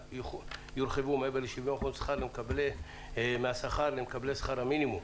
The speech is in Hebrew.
יורחבו מעבר ל-70% מהשכר למקבלי שכר המינימום.